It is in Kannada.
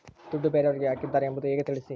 ದುಡ್ಡು ಬೇರೆಯವರಿಗೆ ಹಾಕಿದ್ದಾರೆ ಎಂಬುದು ಹೇಗೆ ತಿಳಿಸಿ?